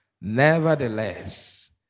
Nevertheless